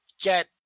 get